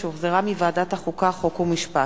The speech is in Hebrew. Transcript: שהחזירה ועדת החוקה, חוק ומשפט.